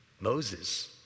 Moses